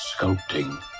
sculpting